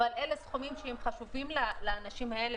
אבל אלה סכומים שהם חשובים לאנשים האלה,